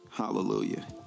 hallelujah